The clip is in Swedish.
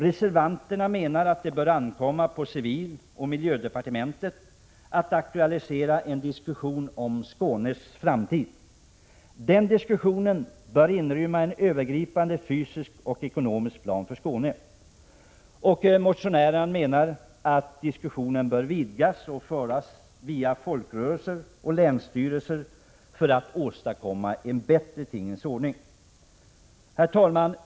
Reservanterna menar att det bör ankomma på civiloch miljödepartementet att aktualisera en diskussion om Skånes framtid. Den diskussionen bör inrymma en övergripande fysisk och ekonomisk plan för Skåne. Diskussionen bör vidgas och föras via folkrörelser och länsstyrelser för att åstadkomma en bättre tingens ordning, anser de vidare.